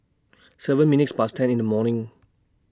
seven minutes Past ten in The morning